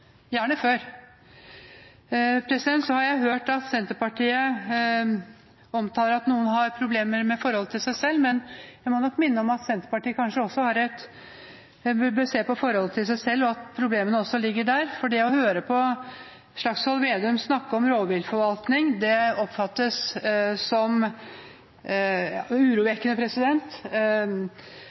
Gjerne før! Jeg har hørt at Senterpartiet omtaler at noen har problemer med forholdet til seg selv. Jeg må nok minne om at Senterpartiet bør se på forholdet til seg selv, og at problemene også ligger der. For det å høre på Slagsvold Vedum snakke om rovviltforvaltning oppfattes som urovekkende.